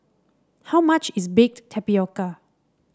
how much is Baked Tapioca